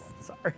Sorry